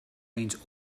means